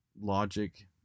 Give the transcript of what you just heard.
logic